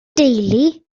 deulu